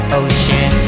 ocean